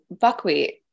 buckwheat